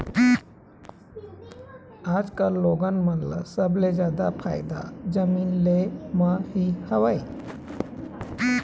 आजकल लोगन मन ल सबले जादा फायदा जमीन ले म ही हवय